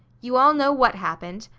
you all know what happened.